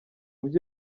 byo